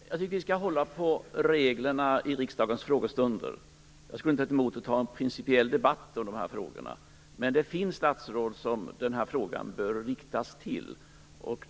Fru talman! Jag tycker att vi skall hålla på reglerna i riksdagens frågestunder. Jag skulle inte ha någonting emot att ha en principiell debatt om dessa frågor. Men det finns statsråd som den här frågan bör riktas till.